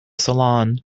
salon